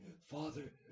Father